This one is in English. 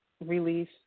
Release